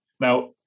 Now